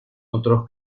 otros